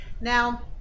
Now